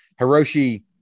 Hiroshi